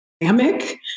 dynamic